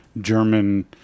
German